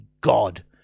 god